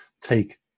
take